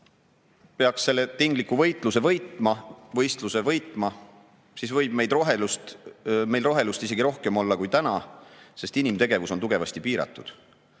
peaks selle tingliku võistluse võitma, siis võib meil rohelust olla isegi rohkem kui täna, sest inimtegevus on tugevasti piiratud.